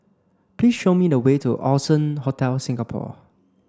please show me the way to Allson Hotel Singapore